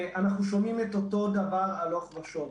אנחנו שומעים את אותו דבר הלוך ושוב,